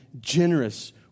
generous